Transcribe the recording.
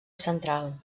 central